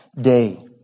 day